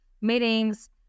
meetings